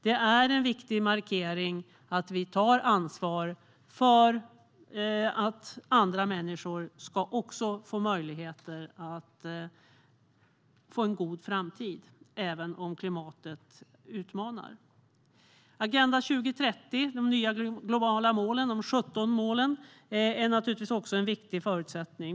Det är en viktig markering att vi tar ansvar för att andra människor också ska få möjligheter till en god framtid även om klimatet utmanar. Agenda 2030 med de 17 nya globala målen är naturligtvis också en viktig förutsättning.